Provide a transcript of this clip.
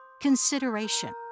consideration